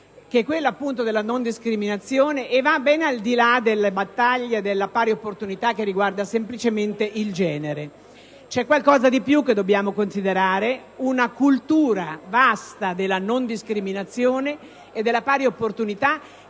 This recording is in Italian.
che è quello appunto della non discriminazione, che va ben al di là delle battaglie della pari opportunità, che riguarda semplicemente il genere. C'è qualcosa di più che dobbiamo considerare: una cultura vasta della non discriminazione e della pari opportunità,